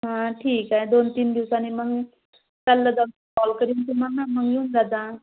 हां ठीक आहे दोन तीन दिवसानी मग चाललं जाऊ कॉल करीन तुम्हाला मग येऊन जा